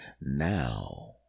now